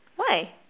why